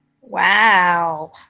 Wow